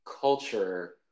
culture